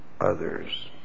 others